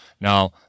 Now